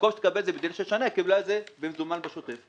במקום שתקבל את זה --- היא קיבלה את זה במזומן בשוטף.